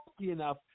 enough